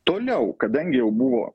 toliau kadangi jau buvo